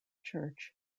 church